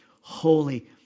holy